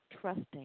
trusting